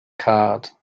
card